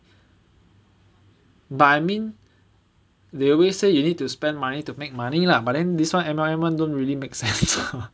but I mean they always say you need to spend money to make money lah but then this [one] M_L_M [one] don't really makes etc